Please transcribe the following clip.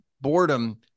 boredom